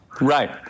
Right